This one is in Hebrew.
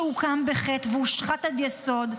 שהוקם בחטא והושחת עד יסוד,